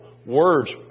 Words